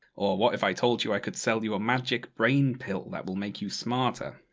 or what if i told you, i could sell you a magic brain pill, that will make you smarter?